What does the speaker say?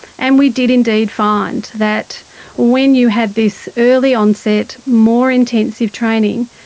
and we did indeed find that when you had this early onset more intensive training,